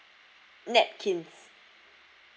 napkins